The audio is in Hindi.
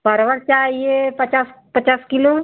परवल चाहिए पचास पचास किलो